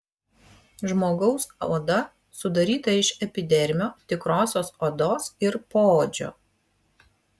žmogaus oda sudaryta iš epidermio tikrosios odos ir poodžio